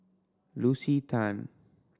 Lucy Tan